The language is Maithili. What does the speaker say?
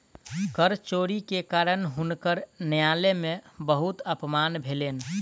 कर चोरी के कारण हुनकर न्यायालय में बहुत अपमान भेलैन